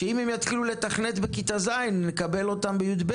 אם הם יתחילו לתכנת בכיתה ז' נקבל אותם בי"ב,